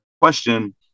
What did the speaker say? question